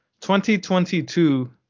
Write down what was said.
2022